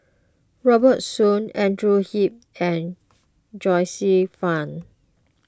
Robert Soon Andrew Yip and Joyce Fan